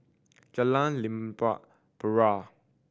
Jalan Limau Purut